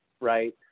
right